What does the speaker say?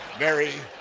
very,